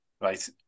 Right